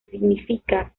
significa